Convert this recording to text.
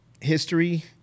history